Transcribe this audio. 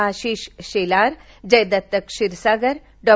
Ashish Shelar Jaydatt Kshirsagar Dr